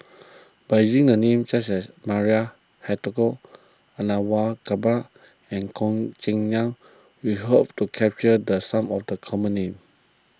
by using the names such as Maria Hertogh and Goh Cheng Liang we hope to capture the some of the common names